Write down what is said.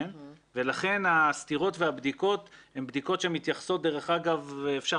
לכן הסתירות והבדיקות הן בדיקות שמתייחסות ואפשר